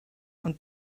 ond